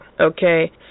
Okay